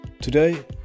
Today